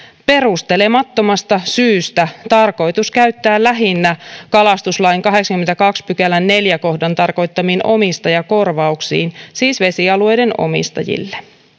perustelemattomasta syystä tarkoitus käyttää lähinnä kalastuslain kahdeksannenkymmenennentoisen pykälän neljännen kohdan tarkoittamiin omistajakorvauksiin siis vesialueiden omistajille